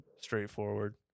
straightforward